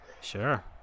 Sure